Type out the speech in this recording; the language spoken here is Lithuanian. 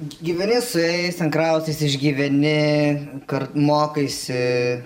gyveni su jais ten kraustaisi išgyveni kart mokaisi